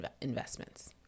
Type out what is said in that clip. investments